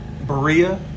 Berea